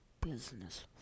business